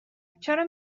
چرا